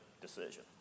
decision